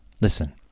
Listen